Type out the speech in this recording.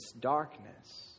darkness